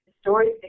Stories